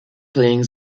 playing